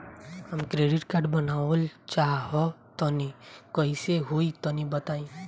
हम credit card बनवावल चाह तनि कइसे होई तनि बताई?